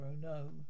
no